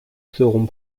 seront